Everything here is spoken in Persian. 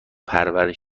دهند